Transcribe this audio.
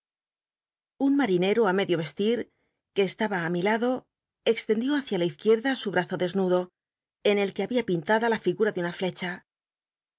un marinero i medio vesti r que estaba á mi lado extendió h ícia la izquierda su brazo desnudo en el que babia pintada la figura de una flecha